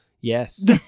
Yes